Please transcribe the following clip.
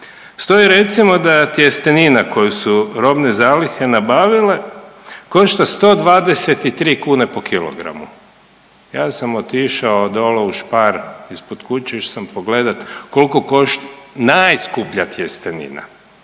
Stoji recimo da tjestenina koju su robne zalihe nabavile košta 123 kune po kilogramu. Ja sam otišao dole Spar ispod kuće, išao sam pogledati koliko košta najskuplja tjestenina.